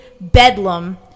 Bedlam